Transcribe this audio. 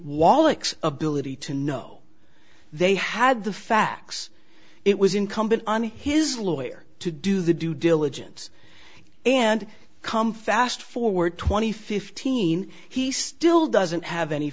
wallach's ability to know they had the facts it was incumbent on his lawyer to do the due diligence and come fast forward twenty fifteen he still doesn't have any